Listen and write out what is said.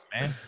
man